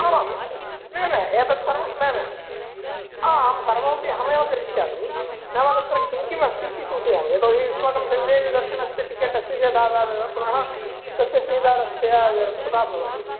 आमां न न एतत्सर्वं न न आं सर्वमपि अहमेव करिष्यामि नाम तत्र किं किम् अस्तीति सूचयामि यतो हि युष्माकं सविधे यदि दर्शनस्य टिकेट् अस्ति चेत् आदावेव पुनः तस्य स्वीकारस्य व्यर्थता भवति